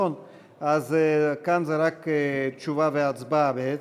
כאן זה רק תשובה והצבעה, בעצם.